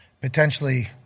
potentially